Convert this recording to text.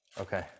Okay